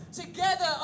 together